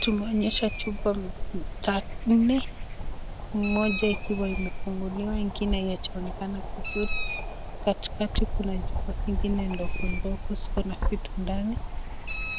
Tumeonyeshwa chupa nne moja ikiwa imefunguliwa , ingine haijaonekana vizuri, kati kati kuna chupa zingine ndogo ndogo zikona vitu ndani ,